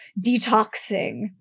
detoxing